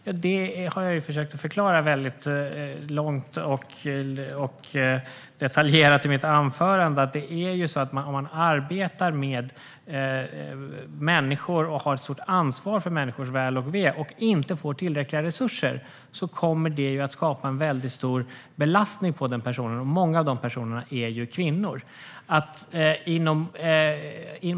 Jag har försökt förklara detta mycket långt och detaljerat i mitt anförande. Om man arbetar med människor och har ett stort ansvar för människors väl och ve och inte får tillräckliga resurser kommer det att skapa en stor belastning, och många av dem som arbetar i denna situation är kvinnor.